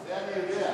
את זה אני יודע.